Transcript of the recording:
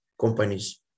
companies